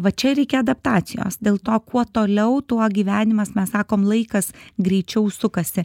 va čia reikia adaptacijos dėl to kuo toliau tuo gyvenimas mes sakom laikas greičiau sukasi